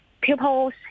pupils